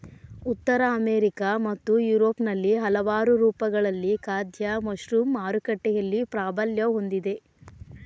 ಉತ್ತರ ಅಮೆರಿಕಾ ಮತ್ತು ಯುರೋಪ್ನಲ್ಲಿ ಹಲವಾರು ರೂಪಗಳಲ್ಲಿ ಖಾದ್ಯ ಮಶ್ರೂಮ್ ಮಾರುಕಟ್ಟೆಯಲ್ಲಿ ಪ್ರಾಬಲ್ಯ ಹೊಂದಿದೆ